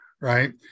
right